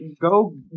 go